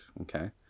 okay